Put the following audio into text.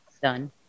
done